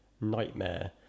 nightmare